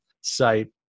site